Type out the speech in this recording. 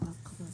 כמה